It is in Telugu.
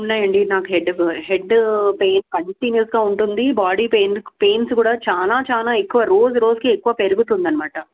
ఉన్నాయండి నాకు హెడేకు హెడ్ పెయిన్ కంటిన్యూస్గా ఉంటుంది బాడీ పెయిన్స్ పెయిన్స్ కూడా చాలా చాలా ఎక్కువ రోజు రోజుకి ఎక్కువ పెరుగుతుంది అనమాట